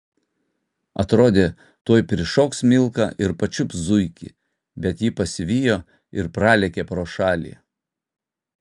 atrodė tuoj prišoks milka ir pačiups zuikį bet ji pasivijo ir pralėkė pro šalį